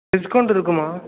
discount இருக்குமா